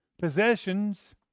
possessions